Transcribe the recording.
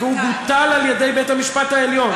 הוא יושם, וזה בוטל על-ידי בית-המשפט העליון.